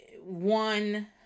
one